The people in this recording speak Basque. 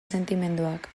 sentimenduak